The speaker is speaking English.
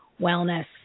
wellness